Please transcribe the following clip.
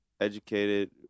Educated